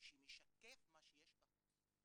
שמשקף מה שיש בחוץ.